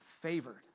favored